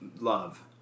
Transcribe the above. love